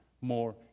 more